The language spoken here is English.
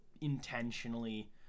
intentionally